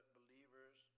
believers